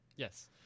Yes